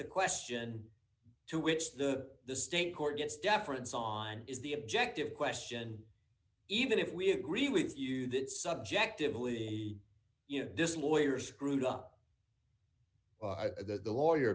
the question to which the the state court gets deference on is the objective question even if we agree with you that subjectively you know this lawyer screwed up that the lawyer